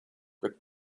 with